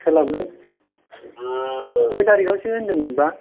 सोलाबगोन खय थारिखयावसो होनदोंमोन बा